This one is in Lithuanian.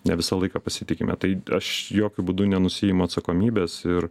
ne visą laiką pasitikime tai aš jokiu būdu nenusiimu atsakomybės ir